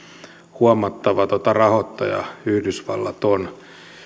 huomattava rahoittaja yhdysvallat on